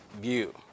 view